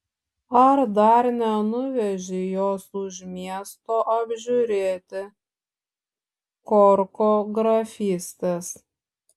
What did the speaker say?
ar dar nenuvežei jos už miesto apžiūrėti korko grafystės